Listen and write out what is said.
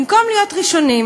במקום להיות ראשונים,